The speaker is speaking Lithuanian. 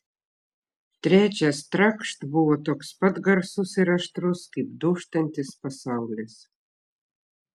trečias trakšt buvo toks pat garsus ir aštrus kaip dūžtantis pasaulis